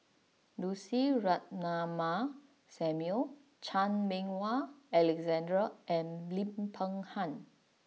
Lucy Ratnammah Samuel Chan Meng Wah Alexander and Lim Peng Han